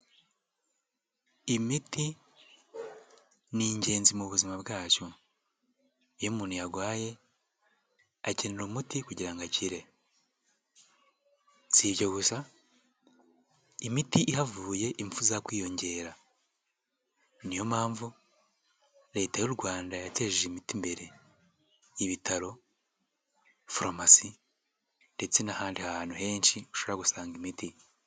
Imiti ni ingenzi mu buzima bwacu iyo umuntu yarwaye akenera umuti kugira ngo akire, si ibyo gusa imiti ihavuye ikomeza kwiyongera, niyo mpamvu leta y'u Rwanda yateje imiti imbere ibitaro farumasi, ndetse n'ahandi hantu henshi ushobora gusanga imiti.